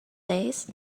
days